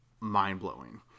mind-blowing